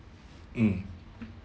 mm